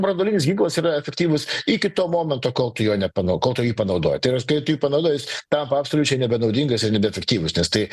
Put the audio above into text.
branduolinis ginklas yra efektyvus iki to momento kol tu jo nepanau kol tų jį panaudoji tai yra kai tu jį panaudoji jis tampa absoliučiai nebenaudingas ir nebeefektyvus nes tai